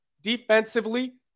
defensively